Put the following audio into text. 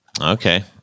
Okay